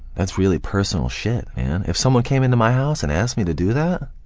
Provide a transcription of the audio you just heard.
that's really personal shit, man! if somebody came into my house and asked me to do that?